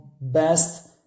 best